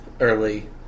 early